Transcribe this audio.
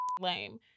lame